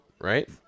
right